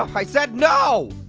i said, no.